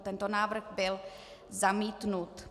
Tento návrh byl zamítnut.